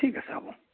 ঠিক আছে হ'ব